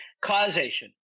Causation